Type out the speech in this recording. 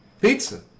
Pizza